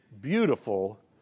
beautiful